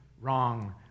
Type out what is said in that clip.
wrong